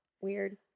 Weird